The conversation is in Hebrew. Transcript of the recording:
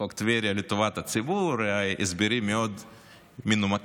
חוק טבריה, לטובת הציבור, הסברים מאוד מנומקים,